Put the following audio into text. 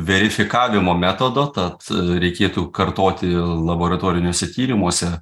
verifikavimo metodo tad reikėtų kartoti laboratoriniuose tyrimuose